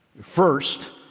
First